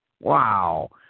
Wow